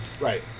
Right